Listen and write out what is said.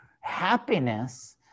happiness